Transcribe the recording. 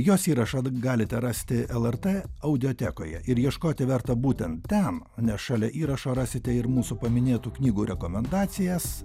jos įrašą galite rasti lrt audiotekoje ir ieškoti verta būtent ten nes šalia įrašo rasite ir mūsų paminėtų knygų rekomendacijas